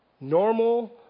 Normal